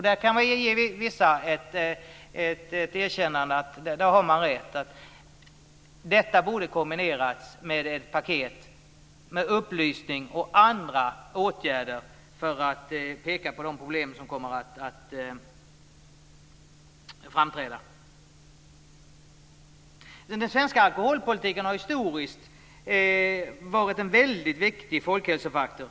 Där kan jag ge vissa ett erkännande om att de har rätt. Detta borde ha kombinerats med ett paket med upplysning och andra åtgärder för att peka på de problem som kommer att framträda. Den svenska alkoholpolitiken har historiskt varit en väldigt viktig folkhälsofaktor.